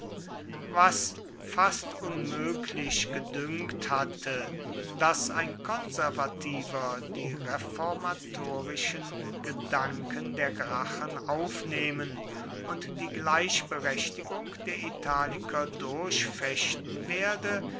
was fast unmöglich gedünkt hatte daß ein konservativer die reformatorischen gedanken der gracchen aufnehmen und die gleichberechtigung der italiker durchfechten werde